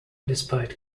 despite